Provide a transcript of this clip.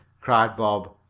cried bob.